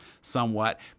somewhat